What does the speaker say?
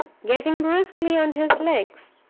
getting briskly on his legs.